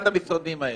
אחד המשרדים האלה,